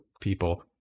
people